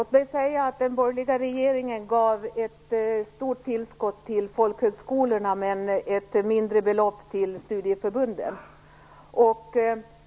Fru talman! Den borgerliga regeringen gav ett stort tillskott till folkhögskolorna men ett mindre belopp till studieförbunden.